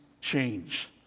change